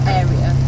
area